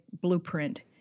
blueprint